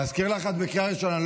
להזכיר לך, את בקריאה ראשונה.